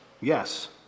Yes